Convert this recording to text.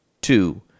Two